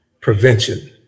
prevention